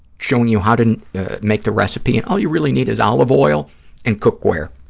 showing you how to make the recipe, and all you really need is olive oil and cookware,